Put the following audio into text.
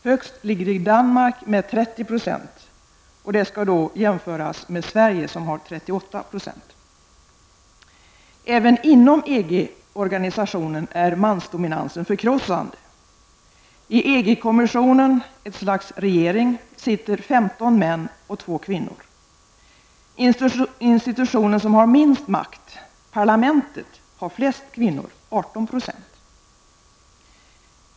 Högst ligger Danmark med 30 %. Detta kan jämföras med Sverige, som har 38 %. Även inom EG-organisationen är mansdominansen förkrossande. I EG kommissionen -- ett slags regering -- sitter 15 män och 2 kvinnor. Institutionen som har minst makt, parlamentet, har flest kvinnor, 18 %.